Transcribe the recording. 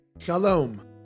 Shalom